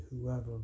whoever